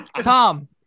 Tom